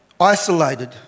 isolated